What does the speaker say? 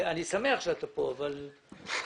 אני שמח שאתה כאן אבל למה?